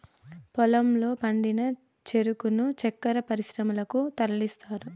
పొలంలో పండిన చెరుకును చక్కర పరిశ్రమలకు తరలిస్తారు